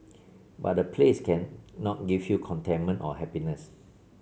but a place cannot give you contentment or happiness